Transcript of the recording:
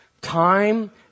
Time